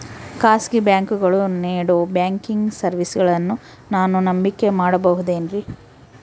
ಖಾಸಗಿ ಬ್ಯಾಂಕುಗಳು ನೇಡೋ ಬ್ಯಾಂಕಿಗ್ ಸರ್ವೇಸಗಳನ್ನು ನಾನು ನಂಬಿಕೆ ಮಾಡಬಹುದೇನ್ರಿ?